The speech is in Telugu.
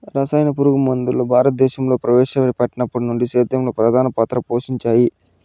రసాయన పురుగుమందులు భారతదేశంలో ప్రవేశపెట్టినప్పటి నుండి సేద్యంలో ప్రధాన పాత్ర పోషించాయి